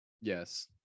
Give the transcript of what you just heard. yes